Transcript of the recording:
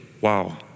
wow